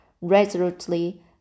resolutely